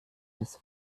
das